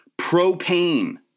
Propane